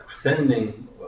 sending